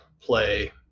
play